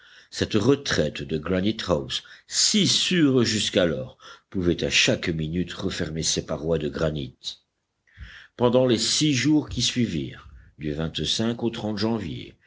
cette retraite de granitehouse si sûre jusqu'alors pouvait à chaque minute refermer ses parois de granit pendant les six jours qui suivirent du au janvier